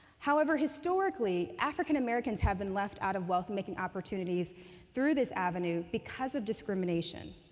however, historically, african-americans have been left out of wealth-making opportunities through this avenue because of discrimination.